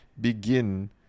begin